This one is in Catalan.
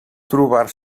trobar